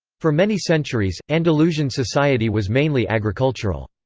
for many centuries, andalusian society was mainly agricultural.